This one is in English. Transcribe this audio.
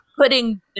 putting